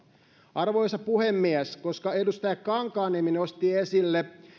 arvoisa puhemies koska edustaja kankaanniemi nosti esille